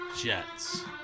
Jets